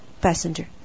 passenger